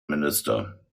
minister